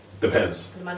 Depends